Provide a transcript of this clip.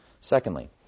Secondly